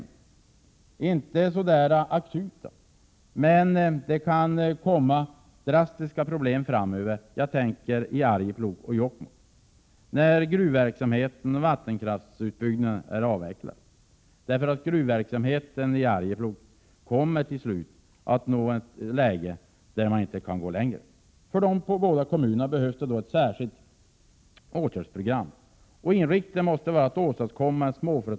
De är inte så akuta, men det kan bli drastiska problem framöver. Jag tänker på Arjeplog och Jokkmokk, när gruvverksamheten och vattenkraftsutbyggnaden är avvecklad. Gruvverksamheten i Arjeplog kommer till slut till ett läge då det inte går att komma vidare. För dessa båda kommuner behövs ett särskilt åtgärdspro gram. Inriktningen måste vara att åstadkomma småföretagsutveckling, ökad Prot.